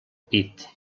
pit